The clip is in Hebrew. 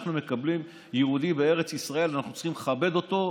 כשאנחנו מקבלים יהודי בארץ ישראל אנחנו צריכים לכבד אותו,